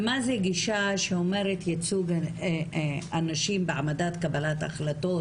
ומה זו גישה שאומרת ייצוג הנשים בהעמדת קבלת החלטות.